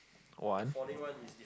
one